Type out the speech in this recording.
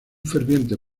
ferviente